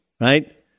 right